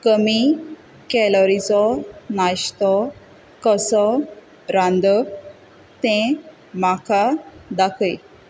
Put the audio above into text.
कमी कॅलरीचो नाशतो कसो रांदप तें म्हाका दाखय